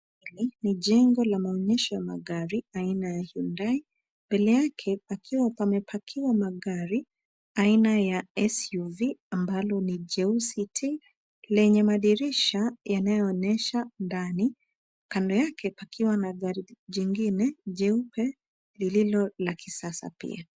Hili ni jengo la maonyesho ya magari aina ya hultai. Mbele yake pamepakiwa magari aina ya SUV ambalo ni jeusi ti lenye madirisha yanaonyesha ndani. Kando yake pamepakiwa gari jingine jeupe lilo la kisasa pia.